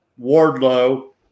Wardlow